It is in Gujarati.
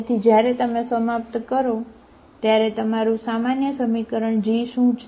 તેથી જ્યારે તમે સમાપ્ત કરો ત્યારે તમારું સામાન્ય સમીકરણ G શું છે